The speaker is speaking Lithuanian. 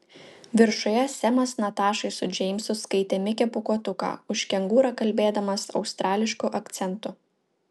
viršuje semas natašai su džeimsu skaitė mikę pūkuotuką už kengūrą kalbėdamas australišku akcentu